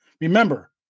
Remember